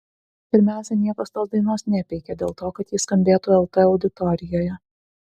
pirmiausia niekas tos dainos nepeikė dėl to kad ji skambėtų lt auditorijoje